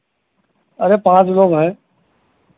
अरे पाँच लोग हैं